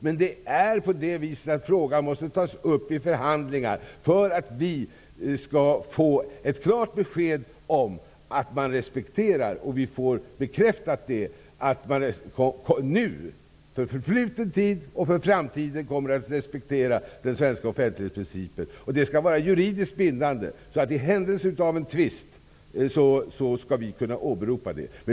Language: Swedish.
Men frågan måste tas upp i förhandlingar för att vi skall få ett klart besked att man nu, i förfluten tid och i framtiden respekterar den svenska offentlighetsprincipen. Det måste vi få bekräftat. Det skall vara juridiskt bindande. I händelse av en tvist skall vi kunna åberopa det.